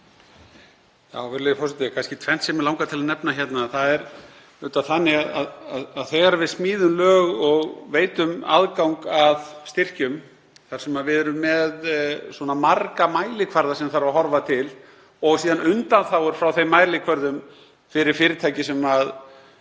Það er kannski tvennt sem mig langar til að nefna hérna. Það er auðvitað þannig að þegar við smíðum lög og veitum aðgang að styrkjum, þar sem við erum með svona marga mælikvarða sem þarf að horfa til og síðan undanþágur frá þeim mælikvörðum fyrir fyrirtæki sem við